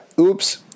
Oops